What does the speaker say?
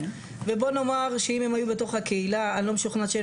ובוא נאמר שאם הם היו בתוך הקהילה אני לא משוכנעת שהיו